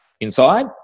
inside